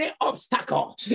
obstacle